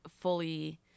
fully